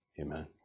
Amen